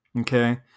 Okay